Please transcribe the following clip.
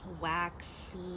waxy